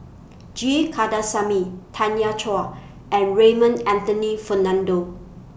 G Kandasamy Tanya Chua and Raymond Anthony Fernando